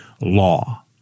law